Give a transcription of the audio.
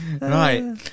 Right